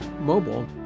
mobile